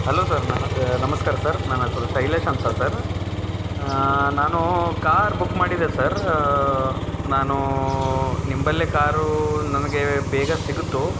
hello sir ನಾನಾ ನಮಸ್ಕಾರ sir ನನ್ನ ಹೆಸರು ಶೈಲೇಶ್ ಅಂತ ಸರ್ ನಾನು ಕಾರ್ ಬುಕ್ ಮಾಡಿದ್ದೆ ಸರ್ ನಾನೂ ನಿಂಬಳಿಯೇ ಕಾರೂ ನನಗೆ ಬೇಗ ಸಿಗುತ್ತೊ